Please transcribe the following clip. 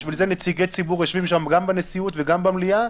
בשביל זה נציגי ציבור יושבים שם גם בנשיאות וגם במליאה,